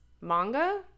manga